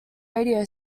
radio